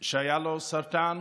שהיה לו סרטן,